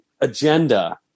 agenda